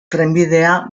trenbidea